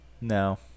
No